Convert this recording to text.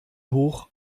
hoch